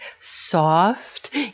soft